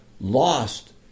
lost